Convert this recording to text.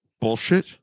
bullshit